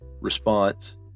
response